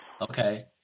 Okay